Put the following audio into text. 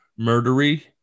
murdery